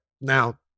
now